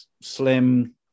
slim